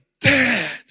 dead